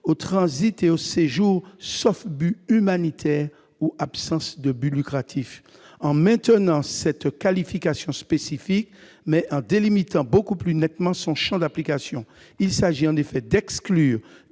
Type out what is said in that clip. au transit et au séjour, sauf but humanitaire ou absence de but lucratif, en maintenant cette qualification spécifique, mais en délimitant beaucoup plus nettement son champ d'application. Plus précisément, il s'agit d'exclure